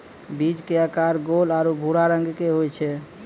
बीज के आकार गोल आरो भूरा रंग के होय छै